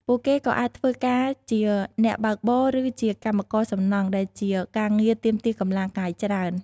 ពួកគេក៏អាចធ្វើការជាអ្នកបើកបរ ឬជាកម្មករសំណង់ ដែលជាការងារទាមទារកម្លាំងកាយច្រើន។